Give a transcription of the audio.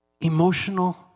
Emotional